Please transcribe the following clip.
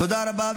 תודה רבה.